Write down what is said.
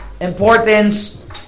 importance